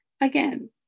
Again